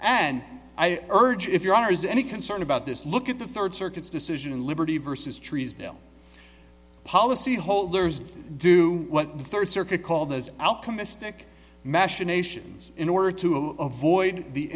and i urge if your honor is any concern about this look at the third circuit's decision in liberty vs trees down policyholders do what the third circuit call the outcome mystic machinations in order to avoid the